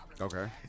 Okay